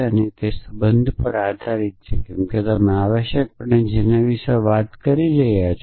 તે તે સંબંધ પર આધારીત છે કે તમે જેના વિશે વાત કરી રહ્યા છો